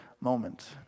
moment